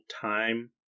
time